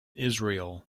israel